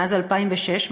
מאז 2006,